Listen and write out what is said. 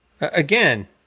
Again